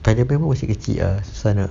spiderman pun masih kecil ah susah nak